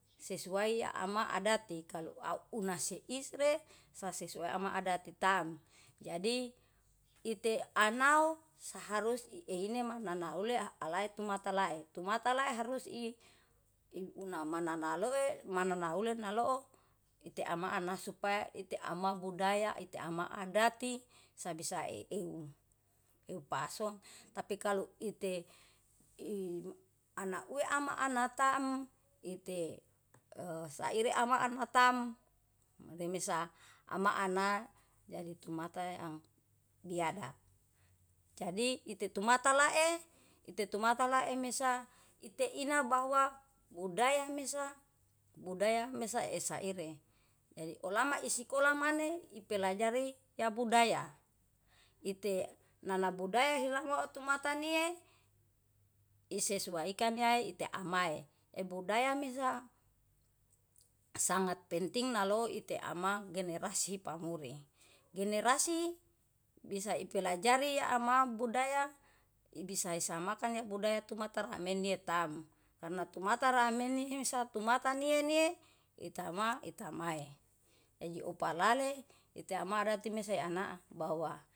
Sesuai ama adati kalu au una si isre sasuai ama adati taem, jadi ite anau saharus ieini mana naule alai tumata lae, tumata lae harus i unama mana loe mana naule naloo ite ama anahsu supaya ite ama budaya, ite ama adati sabisa eeu. Eu pahso tapi kalu ite i ana ue ama anatam ite e saire ama ana tam remesa ana ama jadi tumata ang biadab. Jadi itetumata lae itetumata lae mesa ite ina bahwa budaya mesa, budaya mesa esaire. Jadi olama isikola maneh ipelajari ya baudaya ite nana budaya helamot tumata nie isesuaikan yae ite amae e budaya mesa sangat penting naloi iteama generasi pamuri. Generasi bisa ipelajari ama budaya i bisa samakan budaya tumata ramenie tam karena tumata ramene satumata nie-nie ita ma ita mae, jadi opalale itama rate mesa i anaa bahwa.